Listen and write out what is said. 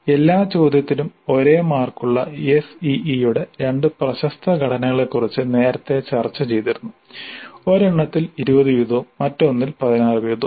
എല്ലാ ചോദ്യത്തിനും ഒരേ മാർക്കുള്ള SEE യുടെ രണ്ട് പ്രശസ്ത ഘടനകളെക്കുറിച്ച് നേരത്തെ ചർച്ച ചെയ്തിരുന്നു ഒരെണ്ണത്തിൽ 20 വീതവും മറ്റൊന്നിൽ 16 വീതവും